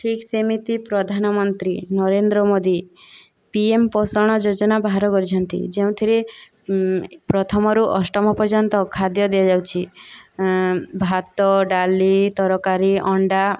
ଠିକ୍ ସେମିତି ପ୍ରଧାନମନ୍ତ୍ରୀ ନରେନ୍ଦ୍ର ମୋଦୀ ପିଏମ ପୋଷଣ ଯୋଜନା ବାହାର କରିଛନ୍ତି ଯେଉଁଥିରେ ପ୍ରଥମରୁ ଅଷ୍ଟମ ପର୍ଯ୍ୟନ୍ତ ଖାଦ୍ୟ ଦିଆଯାଉଛି ଭାତ ଡାଲି ତରକାରୀ ଅଣ୍ଡା